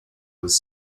was